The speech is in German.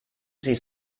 sie